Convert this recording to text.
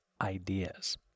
ideas